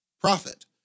profit